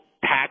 tax